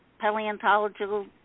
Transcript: paleontological